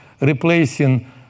replacing